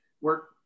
work